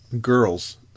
girls